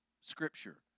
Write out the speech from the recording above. Scripture